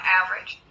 average